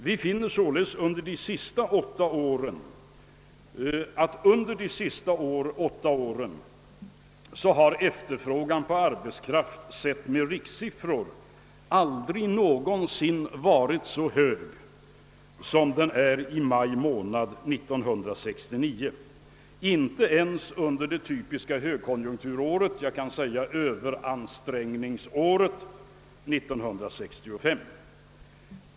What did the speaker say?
Vi finner således att under de senaste åtta åren har efterfrågan på arbetskraft, mätt med rikssiffror, aldrig någonsin varit så hög som den är nu, i maj månad 1969, inte ens under det typiska högkonjunkturåret — jag kan säga överansträngningsåret — 1965.